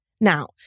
Now